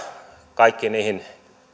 kaikkiin niihin